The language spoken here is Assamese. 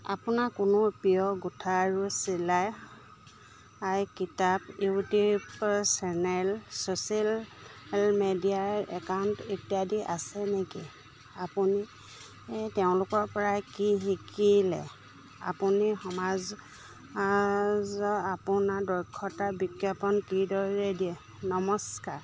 আপোনাৰ কোনো প্ৰিয় গোঁঠা আৰু চিলাই কিতাপ ইউটিউব চেনেল ছ'চিয়েল মিডিয়াৰ একাউণ্ট ইত্যাদি আছে নেকি আপুনি তেওঁলোকৰপৰাই কি শিকিলে আপুনি সমাজৰ আপোনাৰ দক্ষতাৰ বিজ্ঞাপন কিদৰে দিয়ে নমস্কাৰ